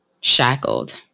shackled